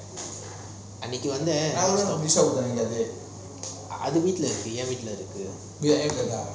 அன்னிக்கி வந்தான் அது வீட்டுல இருக்கு ஏன் வீட்டுல இருக்கு:aninki vanthan athu veetula iruku yean veetula iruku